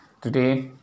today